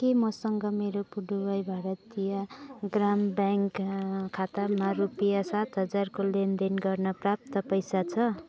के मसँग मेरो पुडुवाई भारतीय ग्राम ब्याङ्क खातामा रुपियाँ सात हजारको लेनदेन गर्न पर्याप्त पैसा छ